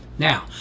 Now